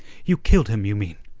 you killed him, you mean.